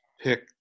pick